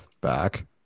back